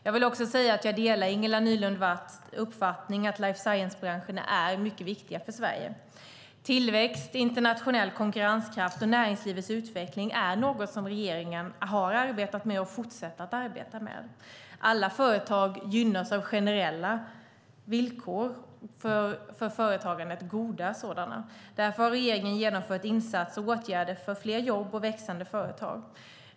Jag vill också säga att jag delar Ingela Nylund Watz uppfattning att life science-branscherna är mycket viktiga för Sverige. Tillväxt, internationell konkurrenskraft och näringslivets utveckling är något som regeringen har arbetat med och fortsätter att arbeta med. Alla företag gynnas av goda generella villkor för företagande. Därför har regeringen genomfört insatser och åtgärder för fler jobb och växande företag.